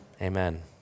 Amen